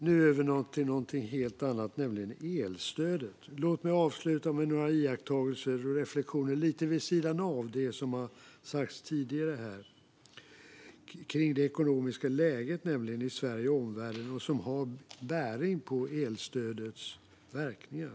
Nu över till något helt annat, nämligen elstödet. Låt mig avsluta med några iakttagelser och reflektioner, lite vid sidan av det som har sagts här tidigare, kring det ekonomiska läget i Sverige och omvärlden som har bäring på elstödets verkningar.